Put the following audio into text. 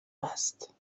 است